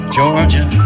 Georgia